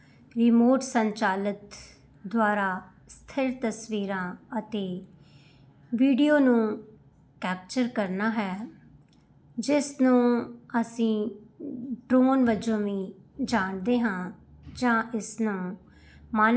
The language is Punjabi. ਇੱਕ ਵਧੀਆ ਪੋਰਟਰੇਟ ਬਣਾਉਣ ਵਿੱਚ ਮੁੱਖ ਤੱਤ ਸਥਾਨ ਰੌਸ਼ਨੀ ਰਚਨਾ ਭਾਵਨਾ ਪਿਛੋਕੜ ਪ੍ਰੋਪਸ ਸੰਪਾਦਨ ਤਕਨੀਕੀ ਸੈਟਿੰਗ ਆਦਿ ਸਹਾਇਤਾ ਕਰਦੇ ਹਨ